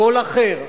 קול אחר,